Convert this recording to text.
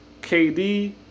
KD